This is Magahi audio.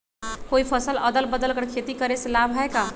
कोई फसल अदल बदल कर के खेती करे से लाभ है का?